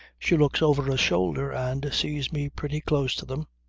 she looks over her shoulder, and sees me pretty close to them.